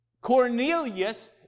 Cornelius